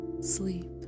sleep